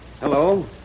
Hello